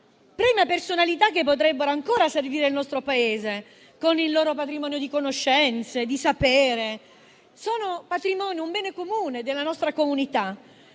Premia personalità che potrebbero ancora servire il nostro Paese, con il loro patrimonio di conoscenze e di sapere. Sono un patrimonio e un bene comune della nostra comunità.